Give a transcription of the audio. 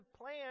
plan